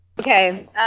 Okay